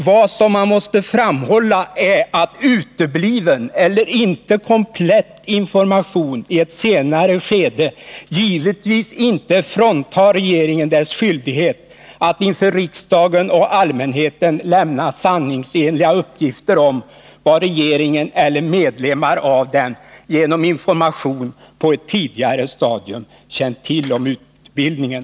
Vad man måste framhålla är emellertid att utebliven 20 maj 1981 eller inte komplett information i ett senare skede givetvis inte fråntar regeringen dess skyldighet att inför riksdagen och allmänheten lämna sanningsenliga uppgifter om vad regeringen eller medlemmar av den genom information på ett tidigare stadium känt till om utbildningen.